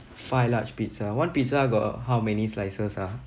five large pizza one pizza got how many slices ah